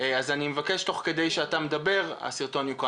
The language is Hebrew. אני מבקש שתוך כדי שאתה מדבר שיוקרן הסרטון.